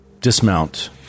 dismount